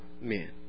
men